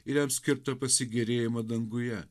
ir jam skirtą pasigėrėjimą danguje